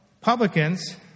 publicans